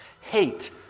Hate